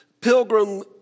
Pilgrim